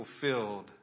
fulfilled